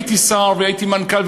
הייתי שר והייתי מנכ"ל,